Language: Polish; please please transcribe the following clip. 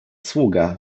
sługa